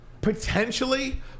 potentially